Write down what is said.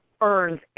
earns